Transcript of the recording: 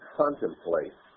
contemplate